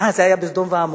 אה, זה היה בסדום ועמורה?